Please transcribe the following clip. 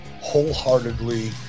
wholeheartedly